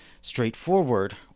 straightforward